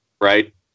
right